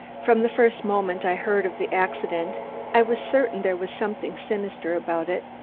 from the first moment i heard of the accident i was certain there was something sinister about it,